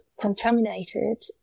contaminated